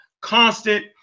constant